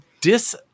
dis